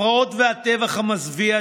הפרעות והטבח המזוויע,